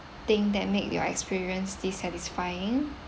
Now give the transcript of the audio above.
thing that make your experience dissatisfying